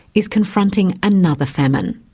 is confronting another famine.